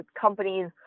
companies